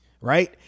right